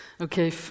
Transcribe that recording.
Okay